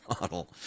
model